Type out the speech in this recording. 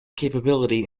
capability